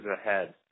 ahead